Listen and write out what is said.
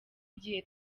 igihe